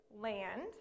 land